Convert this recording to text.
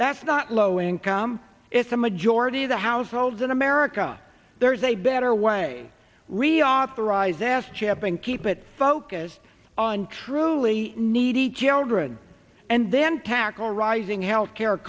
that's not low income it's a majority of the households in america there's a better way reauthorize asked shipping keep it focused on truly needy children and then tackle rising health care